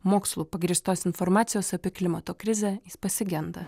mokslu pagrįstos informacijos apie klimato krizę jis pasigenda